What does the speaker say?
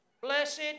Blessed